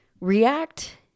React